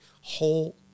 Whole